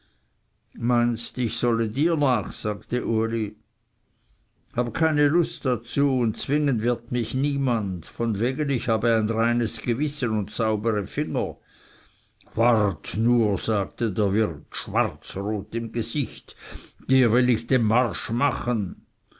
meinst ich solle dir nach sagte uli habe keine lust dazu und zwingen wird mich niemand von wegen ich habe ein reines gewissen und saubere finger wart nur sagte der wirt schwarzrot im gesicht dir will ich den marsch machen